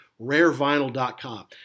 rarevinyl.com